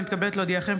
אני מתכבדת להודיעכם,